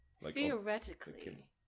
Theoretically